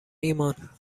ایمان